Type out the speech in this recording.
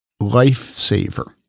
lifesaver